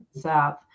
south